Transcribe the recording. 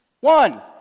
One